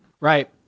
Right